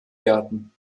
gärten